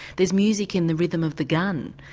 there's music in the rhythm of the gun,